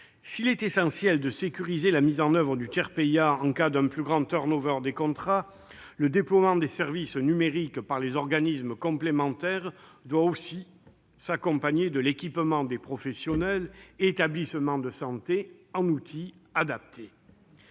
S'il est essentiel de sécuriser la mise en oeuvre du tiers payant en cas d'un plus grand turnover des contrats, le déploiement de services numériques par les organismes complémentaires doit s'accompagner de l'équipement des professionnels et établissements de santé en outils adaptés.